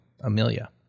Amelia